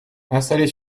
installés